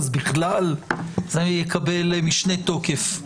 אז בכלל זה יקבל משנה תוקף.